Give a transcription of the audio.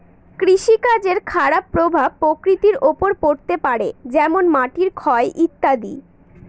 কৃষিকাজের খারাপ প্রভাব প্রকৃতির ওপর পড়তে পারে যেমন মাটির ক্ষয় ইত্যাদি